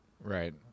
right